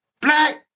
black